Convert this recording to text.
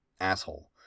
asshole